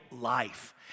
life